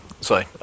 sorry